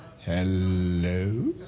Hello